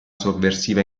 sovversiva